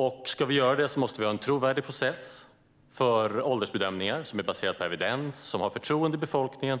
Om vi ska göra det måste vi ha en trovärdig process för åldersbedömningar som är baserad på evidens, som har förtroende bland befolkningen,